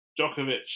Djokovic